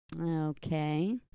Okay